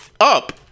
Up